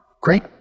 Great